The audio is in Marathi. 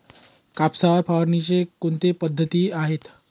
कापसावर फवारणीच्या कोणत्या पद्धती आहेत?